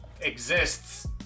exists